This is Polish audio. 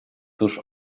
tuż